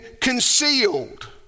concealed